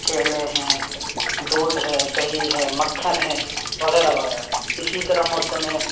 کیلے ہیں دودھ ہے دہی ہے مکھن ہے وغیرہ وغیرہ اسی طرح موسم